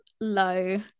low